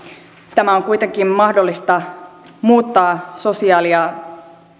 tämä on kuitenkin mahdollista muuttaa sosiaali ja